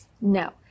no